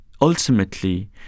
ultimately